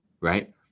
right